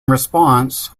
response